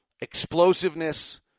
explosiveness